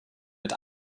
mit